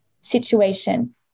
situation